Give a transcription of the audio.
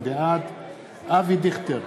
בעד אבי דיכטר,